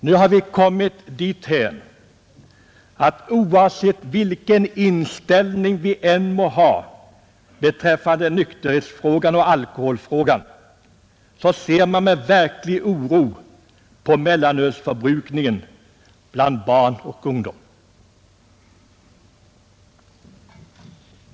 Nu har vi kommit dithän, att oavsett vilken inställning vi må ha beträffande nykterhetsfrågan och alkoholfrågan, så ser vi med verklig oro på mellanölsförbrukningen bland barn och ungdom.